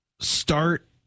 start